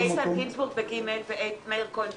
איתן גינזבורג ב-ג' ומאיר כהן ב-כ'.